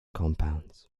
compounds